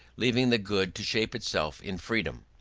leaving the good to shape itself in freedom.